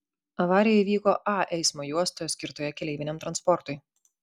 avarija įvyko a eismo juostoje skirtoje keleiviniam transportui